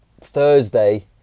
Thursday